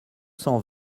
cent